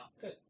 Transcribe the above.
Good